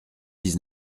dix